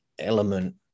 element